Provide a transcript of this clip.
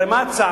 הרי, מה הצער?